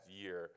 year